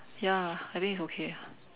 ya I think it's okay ya